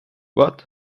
what